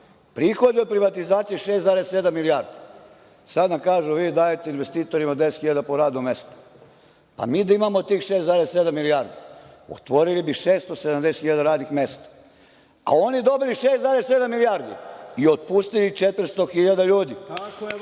prihod od privatizacije 6,7 milijardi. Sad nam kažu - vi dajete investitorima 10 hiljada po radnom mestu. Da imamo tih 6,7 milijardi, otvorili bi 670 hiljada radnih mesta, a oni dodaju 6,7 milijardi i otpustili 400.000 ljudi.